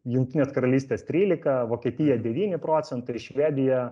jungtinės karalystės trylika vokietija devyni procentai ir švedija